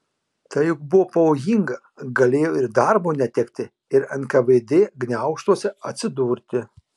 tai juk buvo pavojinga galėjo ir darbo netekti ir nkvd gniaužtuose atsidurti